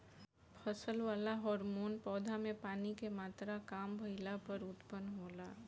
फसल वाला हॉर्मोन पौधा में पानी के मात्रा काम भईला पर उत्पन्न होला